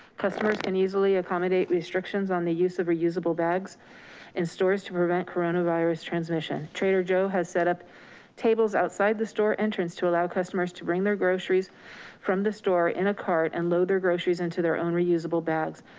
customers can easily accommodate restrictions on the use of reusable bags in stores to prevent coronavirus transmission. trader joe has set up tables outside the store entrance to allow customers to bring their groceries from the store in a cart and load their groceries into their own reusable bags.